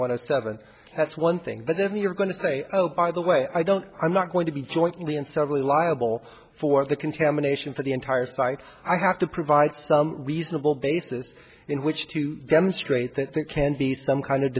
of seven that's one thing but then you're going to say oh by the way i don't i'm not going to be jointly and severally liable for the contamination for the entire site i have to provide reasonable basis in which to demonstrate that there can be some kind of